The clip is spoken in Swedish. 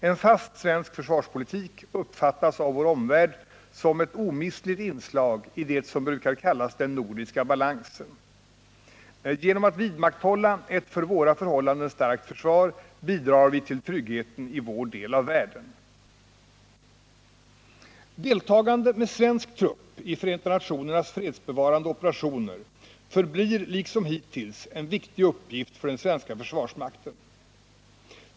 En fast svensk försvarspolitik uppfattas av vår omvärld som ett omistligt inslag i det som brukar kallas den nordiska balansen. Genom att vidmakthålla ett för våra förhållanden starkt försvar bidrar vi till tryggheten i vår del av världen. Deltagande med svensk trupp i Förenta nationernas fredsbevarande operationer förblir liksom hittills en viktig uppgift för den svenska försvarsmakten.